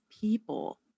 people